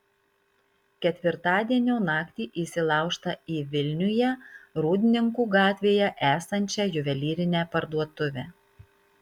ketvirtadienio naktį įsilaužta į vilniuje rūdninkų gatvėje esančią juvelyrinę parduotuvę